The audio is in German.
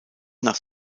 nach